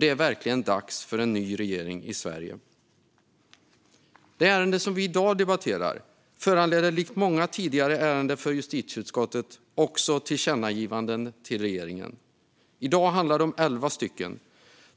Det är verkligen dags för en ny regering i Sverige. Det ärende vi i dag debatterar föranleder likt många tidigare ärenden i justitieutskottet också tillkännagivanden till regeringen; i dag handlar det om elva stycken.